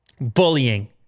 Bullying